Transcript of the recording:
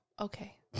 okay